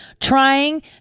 trying